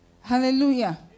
Hallelujah